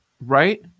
right